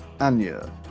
Anya